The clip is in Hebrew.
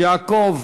יעקב